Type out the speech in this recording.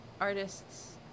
artists